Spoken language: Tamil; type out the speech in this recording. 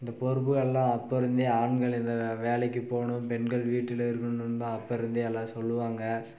இந்த பொறுப்புகள்லாம் அப்போருந்தே ஆண்கள் இந்த வேலைக்கு போணும் பெண்கள் வீட்டில் இருக்கணும்னு இருந்தால் அப்போருந்தே எல்லாம் சொல்வாங்க